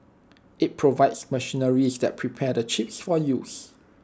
IT provides machinery that prepares the chips for use